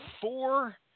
four